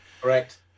Correct